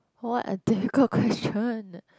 what a difficult question